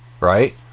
right